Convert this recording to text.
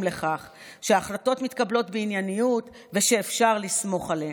לכך שהחלטות מתקבלות בענייניות ושאפשר לסמוך עליהם?